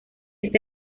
este